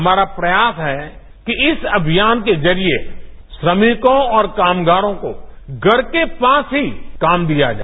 हमारा प्रयास है इस अमियान के जरिए श्रमिकों और कामगारों को घर के पास ही काम दिया जाए